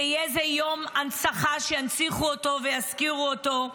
שיהיה זה יום הנצחה שינציחו אותו ויזכירו אותו.